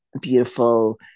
Beautiful